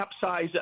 capsize